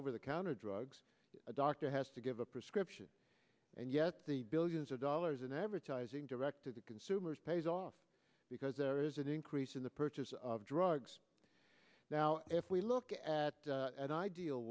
over the counter drugs a doctor has to give a prescription and yet the billions of dollars in advertising directed to consumers pays off because there is an increase in the purchase of drugs now if we look at an ideal